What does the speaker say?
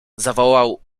zawołał